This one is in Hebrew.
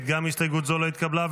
זאת לא התקבלה.